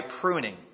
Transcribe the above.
pruning